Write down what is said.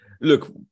Look